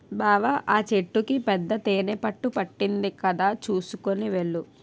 బావా ఆ చెట్టుకి పెద్ద తేనెపట్టు పట్టింది కదా చూసుకొని వెళ్ళు